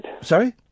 Sorry